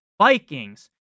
Vikings